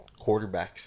quarterbacks